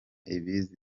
ibizi